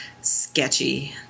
sketchy